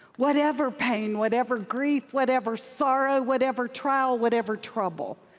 whatever pain, whatever grief, whatever sorrow, whatever trial, whatever trouble,